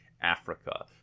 Africa